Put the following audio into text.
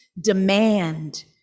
demand